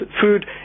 food